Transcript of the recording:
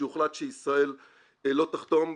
שהוחלט שישראל לא תחתום,